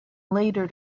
later